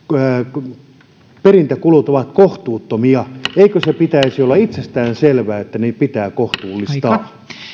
perintäkulut ovat kohtuuttomia eikö sen pitäisi olla itsestään selvää että ne pitää kohtuullistaa